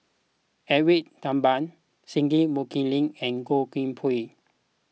Edwin Thumboo Singai Mukilan and Goh Koh Pui